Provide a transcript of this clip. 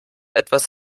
etwas